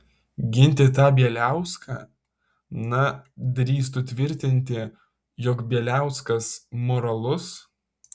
ginti tą bieliauską na drįstų tvirtinti jog bieliauskas moralus